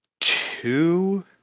two